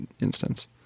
instance